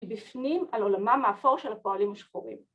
‫בפנים על עולמם האפור ‫של הפועלים השחורים.